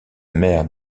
mère